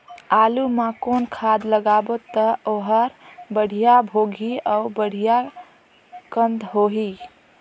आलू मा कौन खाद लगाबो ता ओहार बेडिया भोगही अउ बेडिया कन्द होही?